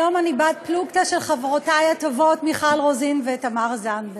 היום אני בת-פלוגתא של חברותי הטובות מיכל רוזין ותמר זנדברג.